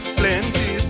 plenty